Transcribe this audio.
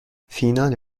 فینال